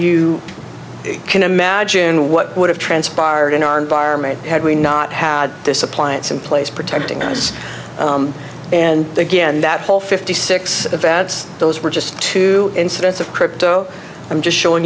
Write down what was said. you can imagine what would have transpired in our environment had we not had this appliance in place protecting us and again that whole fifty six events those were just two incidents of crypto i'm just showing